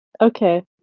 Okay